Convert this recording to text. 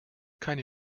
keine